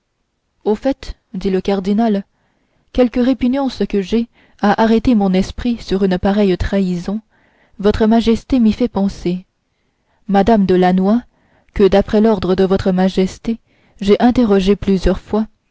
au fait dit le cardinal quelque répugnance que j'aie à arrêter mon esprit sur une pareille trahison votre majesté m'y fait penser mme de lannoy que d'après l'ordre de votre majesté j'ai interrogée plusieurs fois